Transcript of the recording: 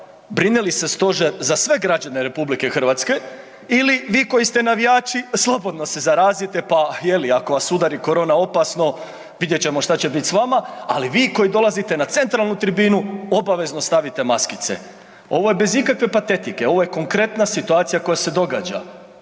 brine li se stožer za sve građane RH ili vi koji ste navijači slobodno se zarazite pa je li ako vas udari korona opasno vidjet ćemo šta će biti s vama, ali vi koji dolazite na centralnu tribinu obavezno stavite maskice. Ovo je bez ikakve patetike, ovo je konkretna situacija koja se događa.